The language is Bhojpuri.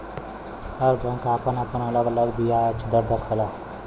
हर बैंक आपन आपन अलग अलग बियाज दर रखला